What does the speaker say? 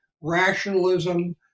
rationalism